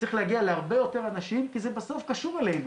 צריך להגיע להרבה יותר אנשים כי זה בסוף קשור אלינו,